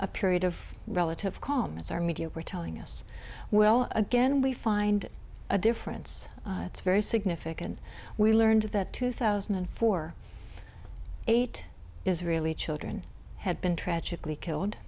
a period of relative calm as our media were telling us well again we find a difference it's very significant we learned that two thousand and four eight israeli children had been tragically killed